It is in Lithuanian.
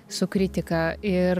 su kritika ir